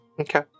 Okay